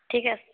ঠিক আছে